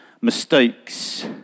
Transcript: mistakes